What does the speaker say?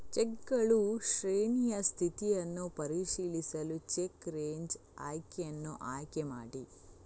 ಚೆಕ್ಗಳ ಶ್ರೇಣಿಯ ಸ್ಥಿತಿಯನ್ನು ಪರಿಶೀಲಿಸಲು ಚೆಕ್ ರೇಂಜ್ ಆಯ್ಕೆಯನ್ನು ಆಯ್ಕೆ ಮಾಡಿ